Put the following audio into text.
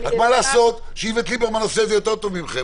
מה לעשות שאיווט ליברמן עושה את זה יותר טוב מכם.